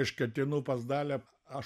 aš ketinu pas dalią aš